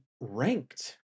ranked